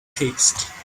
paste